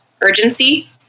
urgency